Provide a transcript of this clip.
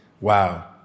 Wow